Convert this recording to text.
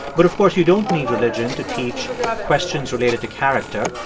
but of course, you don't need religion to teach questions related to character.